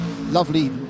lovely